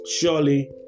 Surely